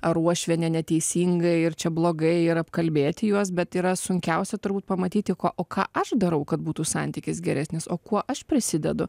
ar uošvienė neteisingai ir čia blogai ir apkalbėti juos bet yra sunkiausia turbūt pamatyti ko o ką aš darau kad būtų santykis geresnis o kuo aš prisidedu